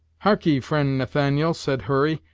harkee, fri'nd nathaniel, said hurry,